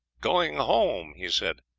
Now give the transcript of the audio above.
going home, he said.